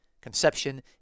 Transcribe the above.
conception